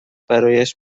برایش